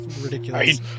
ridiculous